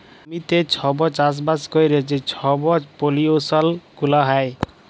জমিতে ছব চাষবাস ক্যইরে যে ছব পলিউশল গুলা হ্যয়